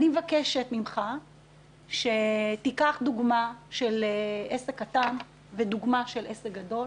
אני מבקשת ממך שתיקח דוגמה של עסק קטן ודוגמה של עסק גדול,